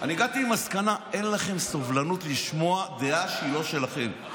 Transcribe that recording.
אני הגעתי למסקנה: אין לכם סובלנות לשמוע דעה שהיא לא שלכם.